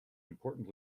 important